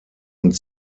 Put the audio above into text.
und